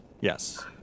Yes